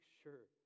sure